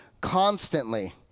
constantly